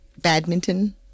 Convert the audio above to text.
badminton